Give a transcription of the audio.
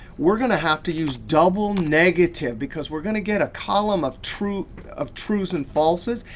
we're going to have to use double negative, because we're going to get a column of trues of trues and falses,